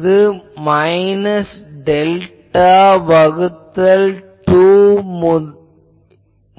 இது minus delta வகுத்தல் 2